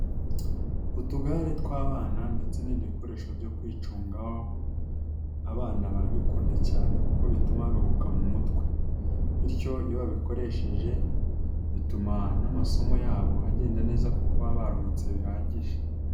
Utugare tw'abana ndetse n'ibindi bikoresho byo kwicungaho, abana barabikunda cyane kuko bituma baruhuka mu mutwe bityo iyo babikoresheje bituma n'amasomo yabo agenda neza kuko baba baruhutse bihagije.